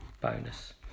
bonus